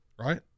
right